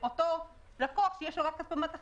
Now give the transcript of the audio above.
ואז לאותו לקוח שיש לו רק כספומט אחד,